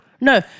No